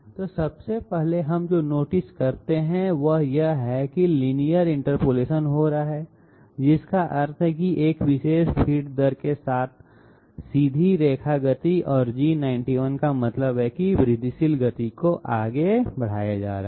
तो सबसे पहले हम जो नोटिस करते हैं वह यह है कि लीनियर इंटरपोलेशन हो रहा है जिसका अर्थ है कि एक विशेष फ़ीड दर के साथ सीधी रेखा गति और G91 का मतलब है कि वृद्धिशील गति को आगे बढ़ाया जा रहा है